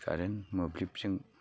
current मोब्लिबजों